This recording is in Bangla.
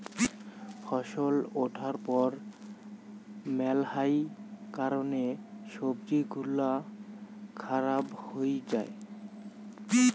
ফছল উঠার পর মেলহাই কারণে সবজি গুলা খারাপ হই যাই